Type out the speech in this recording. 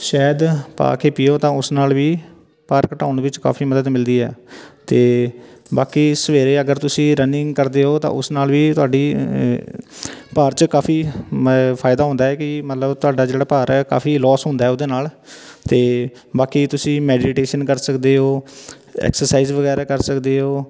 ਸ਼ਹਿਦ ਪਾ ਕੇ ਪੀਓ ਤਾਂ ਉਸ ਨਾਲ ਵੀ ਭਾਰ ਘਟਾਉਣ ਵਿੱਚ ਕਾਫੀ ਮਦਦ ਮਿਲਦੀ ਹੈ ਅਤੇ ਬਾਕੀ ਸਵੇਰੇ ਅਗਰ ਤੁਸੀਂ ਰਨਿੰਗ ਕਰਦੇ ਹੋ ਤਾਂ ਉਸ ਨਾਲ ਵੀ ਤੁਹਾਡੀ ਭਾਰ 'ਚ ਕਾਫੀ ਮ ਫਾਇਦਾ ਹੁੰਦਾ ਹੈ ਕਿ ਮਤਲਬ ਤੁਹਾਡਾ ਜਿਹੜਾ ਭਾਰ ਹੈ ਕਾਫੀ ਲੋਸ ਹੁੰਦਾ ਉਹਦੇ ਨਾਲ ਅਤੇ ਬਾਕੀ ਤੁਸੀਂ ਮੈਡੀਟੇਸ਼ਨ ਕਰ ਸਕਦੇ ਹੋ ਐਕਸਰਸਾਈਜ਼ ਵਗੈਰਾ ਕਰ ਸਕਦੇ ਹੋ